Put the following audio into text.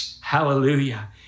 hallelujah